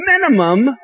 minimum